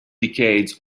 decades